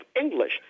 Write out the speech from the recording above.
English